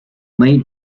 late